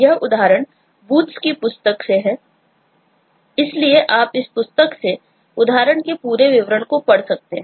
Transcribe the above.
यह उदाहरण Booch's की पुस्तक से है इसलिए आप पुस्तक से उदाहरण के पूरे विवरण को पढ़ सकते हैं